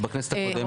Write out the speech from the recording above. ובכנסת הקודמת?